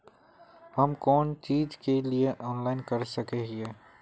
हम कोन चीज के लिए ऑनलाइन कर सके हिये?